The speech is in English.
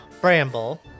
bramble